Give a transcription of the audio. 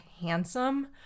Handsome